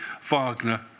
Wagner